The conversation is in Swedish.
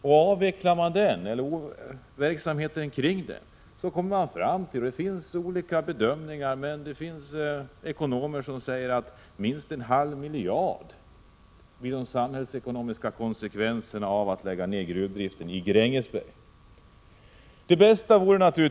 Och avvecklar man den och all verksamhet kring den går — säger vissa ekonomer; det finns olika uppfattningar — de samhällsekonomiska konsekvenserna av att lägga ned gruvdriften i Grängesberg på minst en halv miljard.